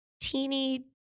teeny